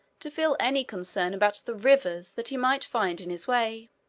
to feel any concern about the rivers that he might find in his way